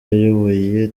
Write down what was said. yayoboye